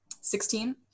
Sixteen